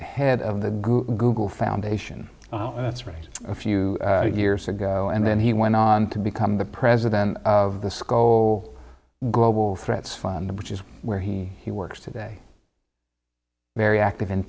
head of the google foundation that's right a few years ago and then he went on to become the president of the sco global threats fund which is where he he works today very active in